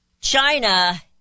China